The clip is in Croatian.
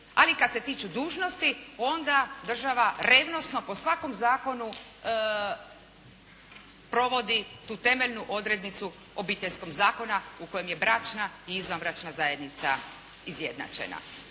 Ali kad se tiču dužnosti onda država revnosno po svakom zakonu provodi tu temeljnu odrednicu Obiteljskog zakona u kojem je bračna i izvanbračna zajednica izjednačena.